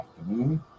afternoon